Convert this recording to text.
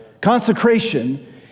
consecration